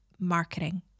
marketing